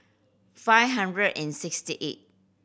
five hundred and sixty eighth